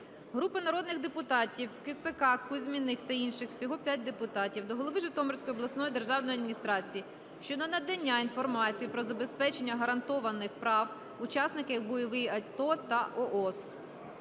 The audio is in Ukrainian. Групи народних депутатів (Кицака, Кузьміних та інших, всього 5 депутатів) до голови Житомирської обласної державної адміністрації щодо надання інформації про забезпечення гарантованих прав учасникам бойових дій - АТО та ООС.